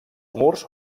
murs